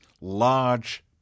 large